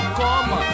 come